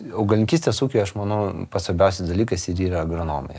augalininkystės ūkiui aš manau pats svarbiausias dalykas ir yra agronomija